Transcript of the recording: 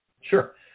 Sure